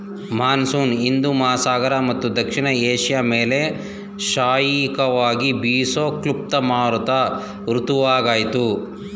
monsoon ಹಿಂದೂ ಮಹಾಸಾಗರ ಮತ್ತು ದಕ್ಷಿಣ ಏಷ್ಯ ಮೇಲೆ ಶ್ರಾಯಿಕವಾಗಿ ಬೀಸೋ ಕ್ಲುಪ್ತ ಮಾರುತ ಋತುವಾಗಯ್ತೆ